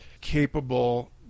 capable